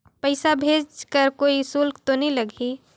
पइसा भेज कर कोई शुल्क तो नी लगही?